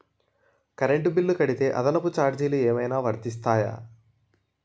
Current bill కడితే అదనపు ఛార్జీలు ఏమైనా వర్తిస్తాయా?